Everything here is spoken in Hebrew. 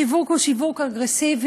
השיווק הוא שיווק אגרסיבי.